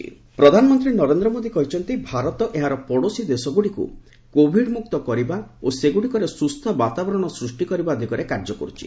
PM Covid ପ୍ରଧାନମନ୍ତ୍ରୀ ନରେନ୍ଦ୍ର ମୋଦୀ କହିଛନ୍ତି ଭାରତ ଏହାର ପଡ଼ୋଶୀ ଦେଶଗୁଡ଼ିକୁ କୋବିଡ୍ ମୁକ୍ତ କରିବା ଓ ସେଗୁଡ଼ିକରେ ସୁସ୍ଥ ବାତାବରଣ ସୃଷ୍ଟି କରିବା ଦିଗରେ କାର୍ଯ୍ୟ କରୁଛି